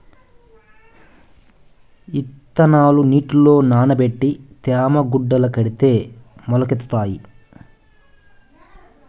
ఇత్తనాలు నీటిలో నానబెట్టి తేమ గుడ్డల కడితే మొలకెత్తుతాయి